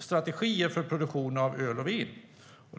strategier för produktion av öl och vin.